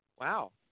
Wow